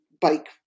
bike-